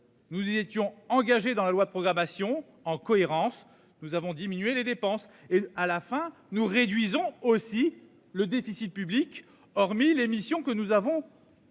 Nous y étions engagés dans la loi de programmation en cohérence. Nous avons diminué les dépenses et à la fin, nous réduisons aussi le déficit public, hormis l'émission que nous avons.--